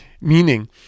Meaning